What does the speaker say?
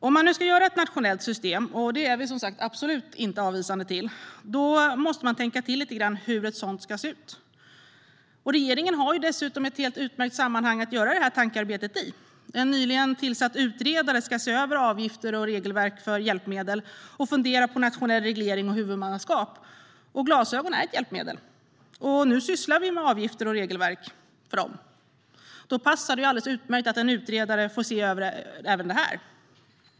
Om man nu ska göra ett nationellt system, vilket vi som sagt absolut inte helt avvisande till, måste man tänka till lite grann kring hur ett sådant ska se ut. Regeringen har dessutom ett utmärkt sammanhang att göra det tankearbetet i. En nyligen tillsatt utredare ska se över avgifter och regelverk för hjälpmedel och fundera på nationell reglering och huvudmannaskap. Glasögon är ett hjälpmedel, och nu sysslar vi med avgifter och regelverk för dem. Då passar det ju alldeles utmärkt att utredaren får se över även detta.